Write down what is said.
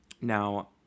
Now